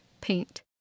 paint